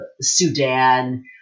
Sudan